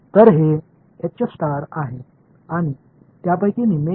तर हे आहे आणि त्यापैकी निम्मे घ्या